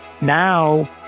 now